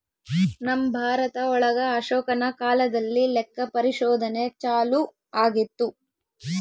ನಮ್ ಭಾರತ ಒಳಗ ಅಶೋಕನ ಕಾಲದಲ್ಲಿ ಲೆಕ್ಕ ಪರಿಶೋಧನೆ ಚಾಲೂ ಆಗಿತ್ತು